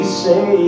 say